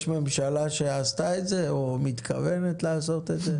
יש ממשלה שעשתה את זה או מתכוונת לעשות את זה?